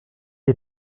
est